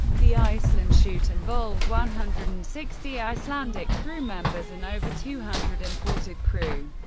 the iceland shoot involved one hundred and sixty icelandic crew members and over two hundred imported crew.